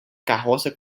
carroça